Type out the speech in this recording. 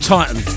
Titan